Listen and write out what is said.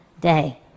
day